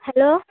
hello